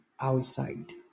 Outside